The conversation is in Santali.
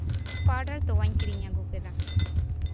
ᱯᱟᱣᱰᱟᱨ ᱛᱚᱣᱟᱧ ᱠᱤᱨᱤᱧ ᱟᱹᱜᱩ ᱠᱮᱫᱟ